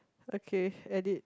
okay edit